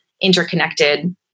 interconnected